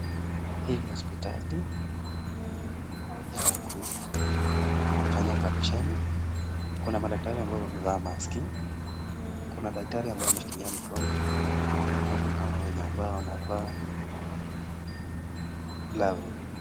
Hii ni hospitali ya kufanya oparesheni. Kuna madaktari ambao wamevaa maski, kuna daktari ambaye ameshikilia mikono na kuna wenye ambao wanavaa glavu.